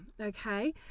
okay